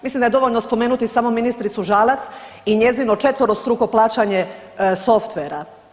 Mislim da je dovoljno spomenuti samo ministricu Žalac i njezino 4-struko plaćanje softvera.